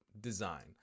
design